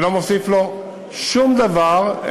זה לא מוסיף לו שום דבר,